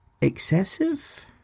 excessive